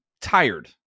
tired